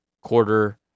quarter